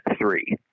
three